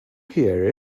hear